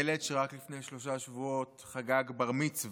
ילד שרק לפני שלושה שבועות חגג בר-מצווה